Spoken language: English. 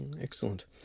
Excellent